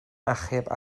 achub